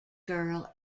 girl